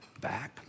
Back